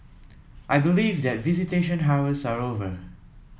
I believe that visitation hours are over